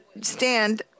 stand